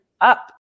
up